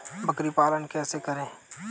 बकरी पालन कैसे करें?